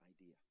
idea